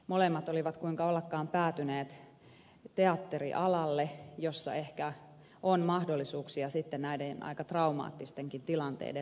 molemmat olivat kuinka ollakaan päätyneet teatterialalle jolla ehkä on mahdollisuuksia sitten näiden aika traumaattistenkin tilanteiden läpikäymiseen